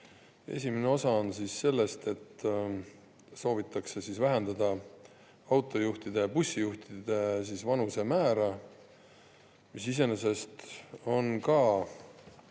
Esimene osa on see, et soovitakse vähendada autojuhtide ja bussijuhtide vanuse määra, mis iseenesest on ka